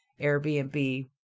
Airbnb